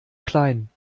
klein